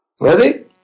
Ready